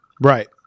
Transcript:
Right